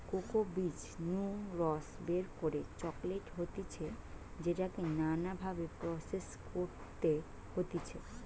cocoa বীজ নু রস বের করে চকলেট হতিছে যেটাকে নানা ভাবে প্রসেস করতে হতিছে